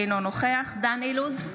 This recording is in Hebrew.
אינו נוכח דן אילוז,